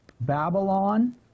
Babylon